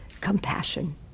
compassion